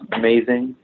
amazing